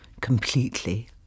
completely